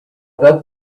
that